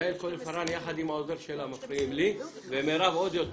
אני אתן את רשות הדיבור לחברת הכנסת מירב בן ארי,